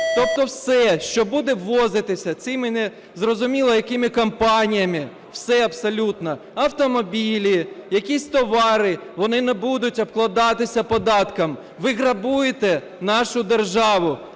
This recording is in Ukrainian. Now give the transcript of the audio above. Тобто все, що буде ввозитися цими незрозуміло якими компаніями, все абсолютно – автомобілі, якісь товари – вони не будуть обкладатися податком. Ви грабуєте нашу державу.